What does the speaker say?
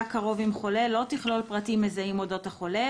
קרוב עם חולה לא תכלול פרטים מזהים אודות החולה,